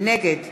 נגד